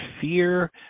fear